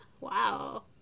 Wow